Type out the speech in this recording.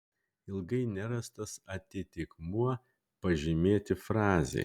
ilgai nerastas atitikmuo pažymėti frazei